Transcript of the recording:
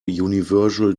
universal